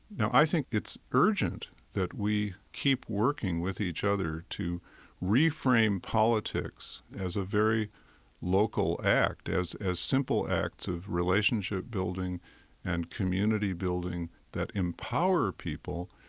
now, i think it's urgent that we keep working with each other to reframe politics as a very local act, as as simple acts of relationship building and community building that empower people,